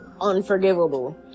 unforgivable